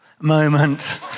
moment